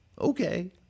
Okay